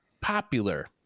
popular